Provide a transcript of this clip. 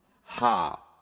Ha